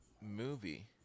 movie